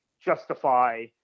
justify